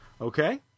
Okay